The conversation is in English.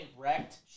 wrecked